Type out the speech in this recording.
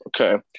okay